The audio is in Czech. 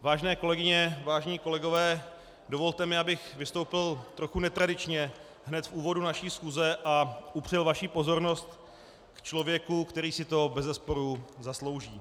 Vážené kolegyně, vážení kolegové, dovolte mi, abych vystoupil trochu netradičně hned v úvodu naší schůze a upřel vaši pozornost k člověku, který si to bezesporu zaslouží.